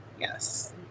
Yes